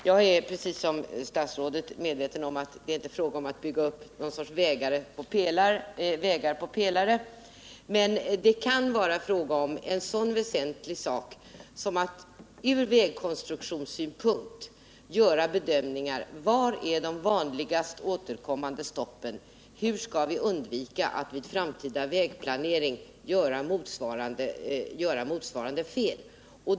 Jagär, precis som statsrådet, medveten om att det inte är fråga om att bygga upp vägar på någon sorts pelare, men det kan vara fråga om en så väsentlig sak som att göra bedömningar ur vägkonstruktionssynpunkt av sådana frågor som: Var är de vanligast återkommande stoppen? Hur skall vi undvika att vid framtida vägplaneringar göra motsvarande fel?